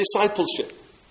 discipleship